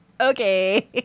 okay